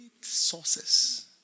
sources